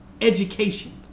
education